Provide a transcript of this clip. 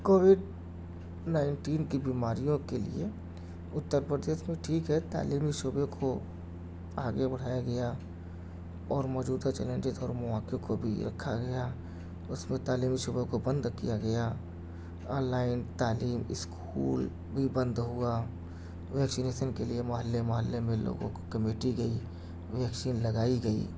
covid nineteen کی بیماریوں کے لئے اُترپردیش میں ٹھیک ہے تعلیمی شعبے کو آگے بڑھایا گیا اور موجودہ چیلنجز اور مواقع کو بھی رکھا گیا اُس میں تعلیمی شعبے کو بند کیا گیا آن لائن تعلیم اسکول بھی بند ہُوا ویکسینیشن کے لئے محلے محلے میں لوگوں کو کمیٹی گئی ویکسین لگائی گئی